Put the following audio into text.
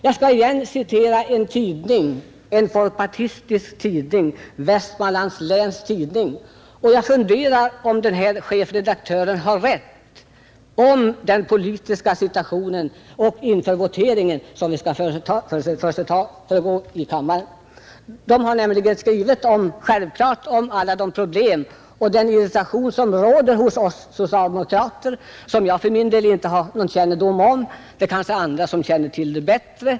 Jag skall citera den folkpartistiska Vestmanlands Läns Tidning, och jag undrar om chefredaktören har rätt beträffande den politiska situationen och om den votering som skall företas i riksdagen, när han talar om den irritation som råder hos oss socialdemokrater — som jag för min del inte har någon kännedom om, andra kanske känner till den bättre.